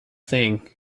thing